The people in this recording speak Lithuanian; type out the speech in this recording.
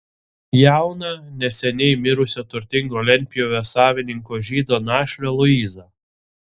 jauną neseniai mirusio turtingo lentpjūvės savininko žydo našlę luizą